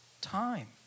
time